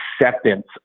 acceptance